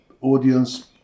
audience